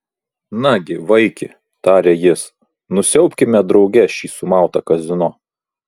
nagi vaiki tarė jis nusiaubkime drauge šį sumautą kazino